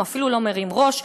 והוא אפילו לא מרים ראש,